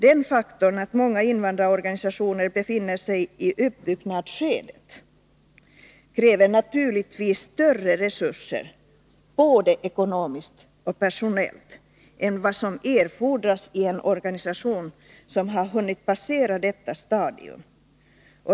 Det faktum att många invandrarorganisationer befinner sig i uppbyggnadsskedet innebär naturligtvis att det erfordras större resurser, både ekonomiskt och personellt, än vad som erfordras i en organisation som har hunnit passera detta stadium.